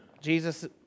Jesus